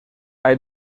hay